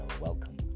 welcome